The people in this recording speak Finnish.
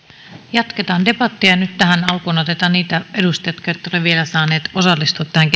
jatketaan debattia ja nyt tähän alkuun otetaan niitä edustajia jotka eivät ole vielä saaneet osallistua tähän